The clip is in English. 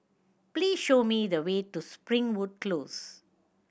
please show me the way to Springwood Close